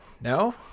No